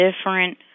different